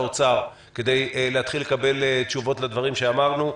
האוצר כדי להתחיל לקבל תשובות לדברים שאמרנו.